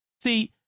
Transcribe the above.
see-